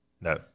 no